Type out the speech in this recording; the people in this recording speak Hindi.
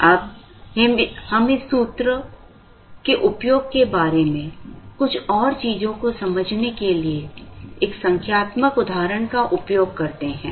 अब हम इस सूत्र और इस सूत्र के उपयोग के बारे में कुछ और चीजों को समझने के लिए एक संख्यात्मक उदाहरण का उपयोग करते हैं